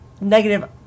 negative